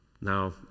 Now